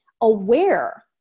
aware